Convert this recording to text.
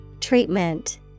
Treatment